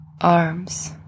arms